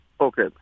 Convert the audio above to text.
Okay